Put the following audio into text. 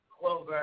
clover